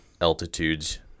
altitudes